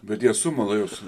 bet jie sumala juos